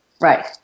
Right